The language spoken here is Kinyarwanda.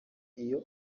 iyi